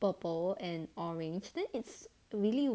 purple and orange then it's really